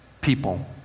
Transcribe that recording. people